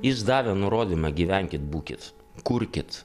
jis davė nurodymą gyvenkit būkit kurkit